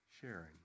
Sharing